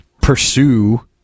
pursue